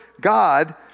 God